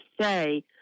say